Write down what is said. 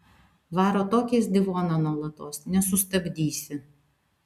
varo tokį izdivoną nuolatos nesustabdysi